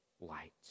light